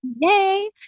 Yay